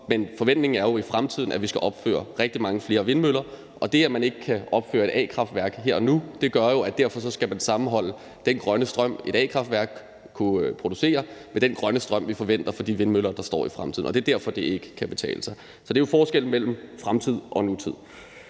men forventningen er jo, at vi i fremtiden skal opføre rigtig mange flere vindmøller, og det, at man ikke kan opføre et a-kraftværk her og nu, gør, at man skal sammenholde den grønne strøm, et a-kraftværk kunne producere, med den grønne strøm, vi forventer at kunne få fra de vindmøller, der bliver sat op i fremtiden. Det er derfor, det ikke kan betale sig. Så der er jo den forskel med hensyn til fremtid og nutid.